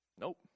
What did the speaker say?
Nope